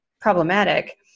problematic